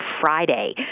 friday